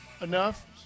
Enough